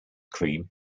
cream